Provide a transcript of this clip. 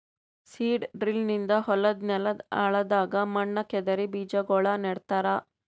seed drill ನಿಂದ ಹೊಲದ್ ನೆಲದ್ ಆಳದಾಗ್ ಮಣ್ಣ ಕೆದರಿ ಬೀಜಾಗೋಳ ನೆಡ್ತಾರ